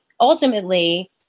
ultimately